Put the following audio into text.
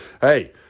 Hey